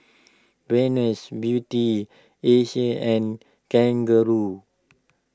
Venus Beauty Asics and Kangaroo